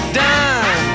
done